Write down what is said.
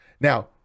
Now